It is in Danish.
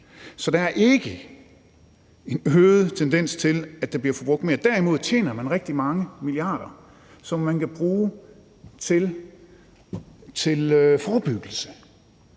Så der er ikke en øget tendens til, at der bliver forbrugt mere. Derimod tjener man rigtig mange milliarder kroner, som man kan bruge til forebyggelse,